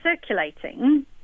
circulating